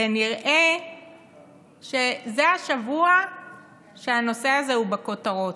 נראה שזה השבוע שהנושא הזה הוא בכותרות.